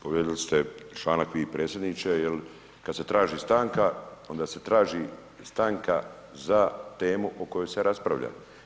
Povrijedili ste članak vi predsjedniče, jer kad se traži stanka onda se traži stanka za temu o kojoj se raspravlja.